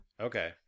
Okay